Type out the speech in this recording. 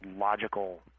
logical